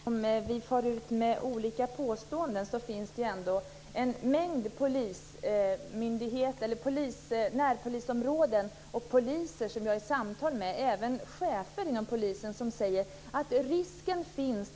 Fru talman! Även om vi far ut med olika påståenden finns det en mängd närpolisområden där poliser, även chefer, i samtal med mig har sagt att denna risk finns.